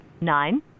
Nine